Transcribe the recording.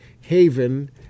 Haven